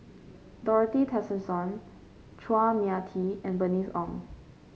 Dorothy Tessensohn Chua Mia Tee and Bernice Ong